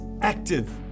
active